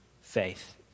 faith